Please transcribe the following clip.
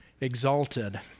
exalted